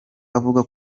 avuga